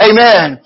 Amen